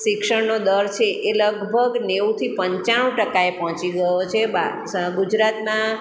શિક્ષણનો દર છે એ લગભગ નેવુંથી પંચાણું ટકાએ પોંહચી ગયો છે બા સ ગુજરાતમાં